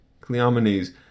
Cleomenes